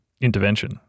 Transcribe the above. intervention